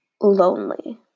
lonely